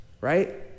right